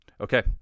Okay